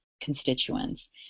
constituents